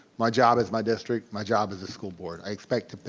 my job is my district. my job is the school board. i expect,